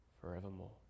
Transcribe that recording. forevermore